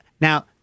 now